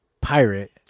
pirate